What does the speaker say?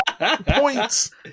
points